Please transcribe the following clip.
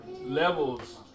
levels